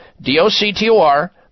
D-O-C-T-O-R